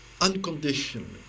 unconditionally